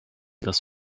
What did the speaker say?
das